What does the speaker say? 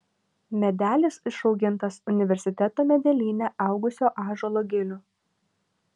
medelis išaugintas universiteto medelyne augusio ąžuolo gilių